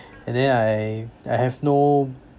and then I I have no